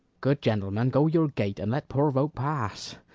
good gentleman, go your gait, and let poor voke pass.